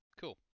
cool